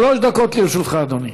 שלוש דקות לרשותך, אדוני.